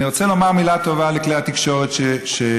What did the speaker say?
אני רוצה לומר מילה טובה לכלי התקשורת שהשכילו